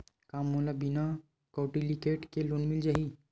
का मोला बिना कौंटलीकेट के लोन मिल जाही?